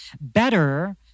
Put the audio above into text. better